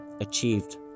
achieved